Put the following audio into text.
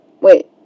Wait